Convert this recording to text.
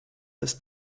ist